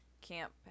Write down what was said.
camp